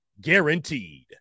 guaranteed